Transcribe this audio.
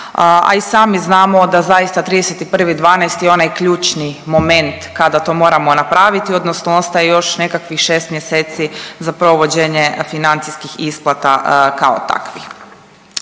a i sami znamo da zaista 31.12., onaj ključni moment kada to moramo napraviti, odnosno ostaje još nekakvih 6 mjeseci za provođenje financijskih isplata kao takvih.